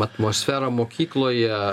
atmosferą mokykloje